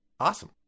Awesome